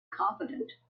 confident